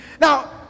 Now